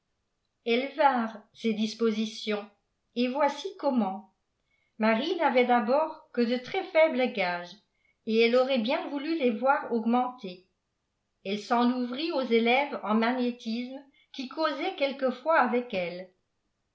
elles vinrent ces dispositions et voicl comment marie n'avait d'abord que de très faibles gages et elle aurait bien voulu les voir augmenter elle s'en ouvrit aux élèves en magnétisme qui causaient quelquefois avec ello